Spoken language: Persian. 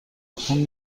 خون